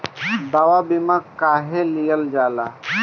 दवा बीमा काहे लियल जाला?